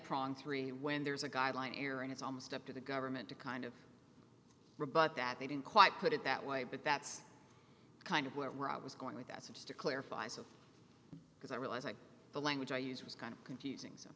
prong three when there's a guideline error and it's almost up to the government to kind of rebut that they didn't quite put it that way but that's kind of what rob was going with us and just to clarify so because i realize that the language i use was kind of confusing so